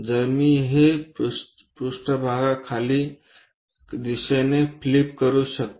तर मी हे पृष्ठ खाली दिशेने फ्लिप करू शकते